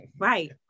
Right